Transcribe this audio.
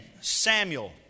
Samuel